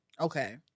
Okay